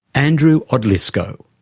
andrew odlyzko.